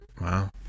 wow